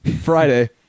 Friday